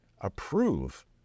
approve